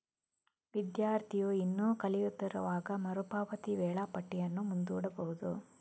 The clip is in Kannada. ವಿದ್ಯಾರ್ಥಿಯು ಇನ್ನೂ ಕಲಿಯುತ್ತಿರುವಾಗ ಮರು ಪಾವತಿ ವೇಳಾಪಟ್ಟಿಯನ್ನು ಮುಂದೂಡಬಹುದು